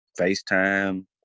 facetime